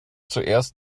zuerst